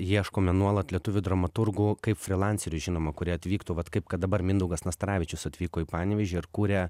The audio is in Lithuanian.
ieškome nuolat lietuvių dramaturgų kaip frylanserių žinoma kurie atvyktų vat kaip kad dabar mindaugas nastaravičius atvyko į panevėžį ir kuria